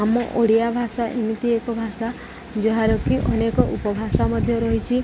ଆମ ଓଡ଼ିଆ ଭାଷା ଏମିତି ଏକ ଭାଷା ଯାହାରକି ଅନେକ ଉପଭାଷା ମଧ୍ୟ ରହିଛି